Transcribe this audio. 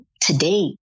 today